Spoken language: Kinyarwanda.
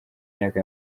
myaka